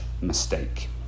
mistake